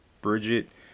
Bridget